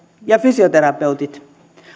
ja fysioterapeutit